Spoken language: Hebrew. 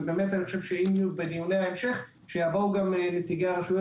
ובדיוני ההמשך שיבואו גם נציגי הרשויות